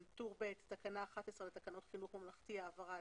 בטור ב' תקנה 11 לתקנות חינוך ממלכתי (העברה),